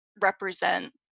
represent